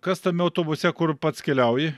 kas tame autobuse kur pats keliauji